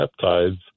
peptides